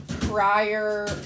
prior